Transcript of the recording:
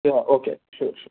okay okay sure sure